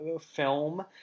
film